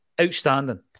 Outstanding